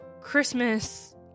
Christmas